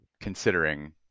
considering